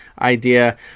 idea